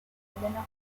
elena